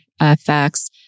effects